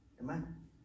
Amen